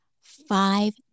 five